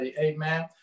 amen